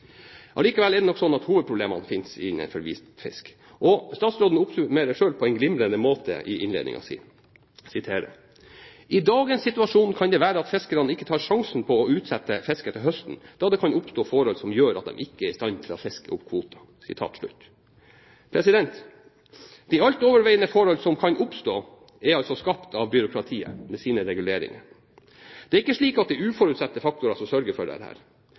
Allikevel er det nok slik at hovedproblemet nå finnes innenfor hvitfisknæringen, og statsråden oppsummerer det selv på en glimrende måte i innledningen sin. Jeg siterer: «I dagens situasjon kan det være at fiskerne ikke tar noen sjanse på å utsette fangsten til høsten, da det kan oppstå forhold som gjør at de ikke er i stand til å fiske opp kvoten.» De alt overveiende forhold som kan oppstå, har byråkratiet skapt med sine reguleringer. Det er ikke slik at det er uforutsette faktorer som sørger for